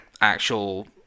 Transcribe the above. actual